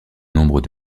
nombre